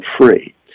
free